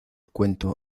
cuento